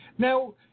Now